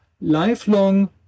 lifelong